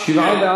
נגד?